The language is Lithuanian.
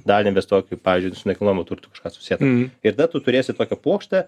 dalį investuok į pavyzdžiui su nekilnojamu turtu kažką susiet ir tada tu turėsi tokią puokštę